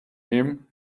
him